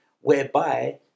whereby